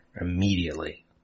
Immediately